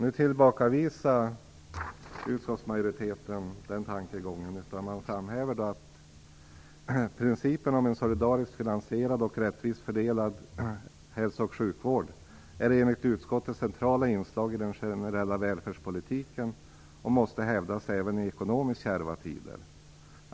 Utskottsmajoriteten tillbakavisar den tankegången och framhäver: "Principerna om en solidariskt finansierad och rättvist fördelad hälso och sjukvård är enligt utskottet centrala inslag i den generella välfärdspolitiken och måste hävdas även i ekonomiskt kärva tider.